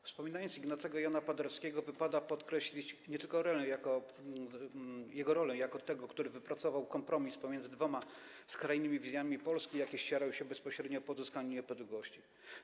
Wspominając Ignacego Jana Paderewskiego, wypada podkreślić nie tylko jego rolę jako tego, który wypracował kompromis pomiędzy dwoma skrajnymi wizjami Polski, jakie ścierały się bezpośrednio po odzyskaniu niepodległości.